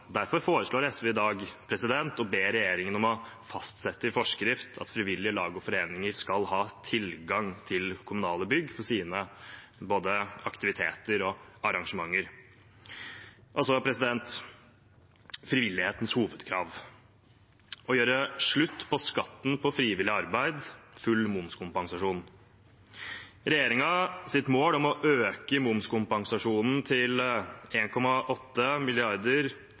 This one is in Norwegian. Derfor foreslår SV i dag å be regjeringen om å fastsette i forskrift at frivillige lag og foreninger skal ha tilgang til kommunale bygg for både sine aktiviteter og arrangementer. Så frivillighetens hovedkrav: å gjøre slutt på skatten på frivillig arbeid, full momskompensasjon. Regjeringens mål om å øke momskompensasjonen til